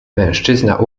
mężczyzna